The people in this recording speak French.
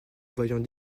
voyant